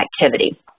activity